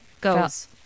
goes